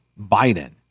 Biden